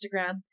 Instagram